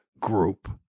group